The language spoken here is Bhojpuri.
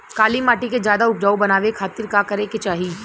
काली माटी के ज्यादा उपजाऊ बनावे खातिर का करे के चाही?